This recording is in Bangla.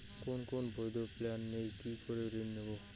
ফোনে কোন বৈধ প্ল্যান নেই কি করে ঋণ নেব?